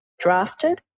Drafted